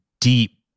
deep